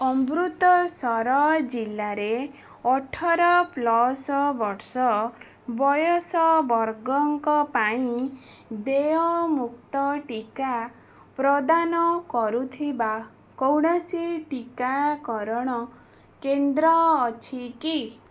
ଅମୃତସର ଜିଲ୍ଲାରେ ଅଠର ପ୍ଲସ୍ ବର୍ଷ ବୟସ ବର୍ଗଙ୍କ ପାଇଁ ଦେୟମୁକ୍ତ ଟିକା ପ୍ରଦାନ କରୁଥିବା କୌଣସି ଟିକାକରଣ କେନ୍ଦ୍ର ଅଛି କି